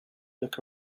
look